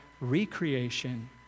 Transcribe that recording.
recreation